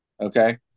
okay